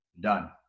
Done